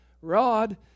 rod